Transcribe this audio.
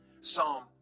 Psalm